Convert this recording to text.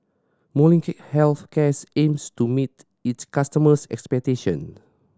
Molnylcke Health Care aims to meet its customers' expectations